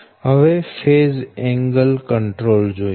હવે phase angle control જોઈએ